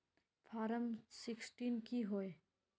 Form sixteen की होय?